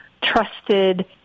trusted